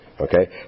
Okay